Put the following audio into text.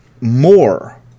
more